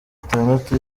itandatu